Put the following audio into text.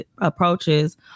approaches